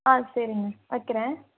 ஆ சரிங்க வைக்கிறேன்